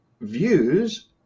views